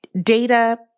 data